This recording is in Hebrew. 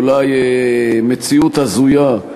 אולי מציאות הזויה,